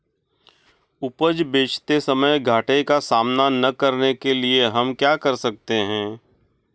उपज बेचते समय घाटे का सामना न करने के लिए हम क्या कर सकते हैं?